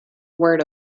word